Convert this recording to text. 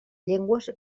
llengües